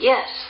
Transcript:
Yes